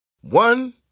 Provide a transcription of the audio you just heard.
One